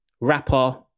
rapper